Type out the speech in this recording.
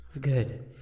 Good